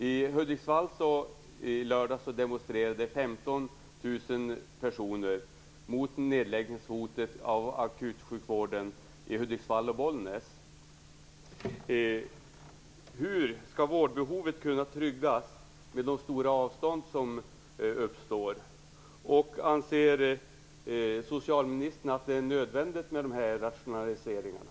I Hudiksvall demonstrerade 15 000 personer i lördags mot nedläggningshotet mot akutsjukvården i Hur skall vårdbehovet kunna tryggas med de stora avstånd som uppstår? Anser socialministern att det är nödvändigt med de här rationaliseringarna?